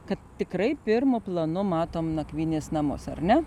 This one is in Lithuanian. kad tikrai pirmu planu matom nakvynės namus ar ne